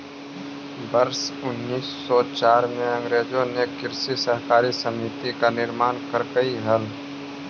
वर्ष उनीस सौ चार में अंग्रेजों ने कृषि सहकारी समिति का निर्माण करकई हल